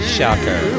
Shocker